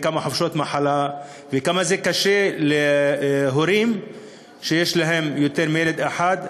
כמה חופשות מחלה וכמה קשה להורים שיש להם יותר מילד אחד.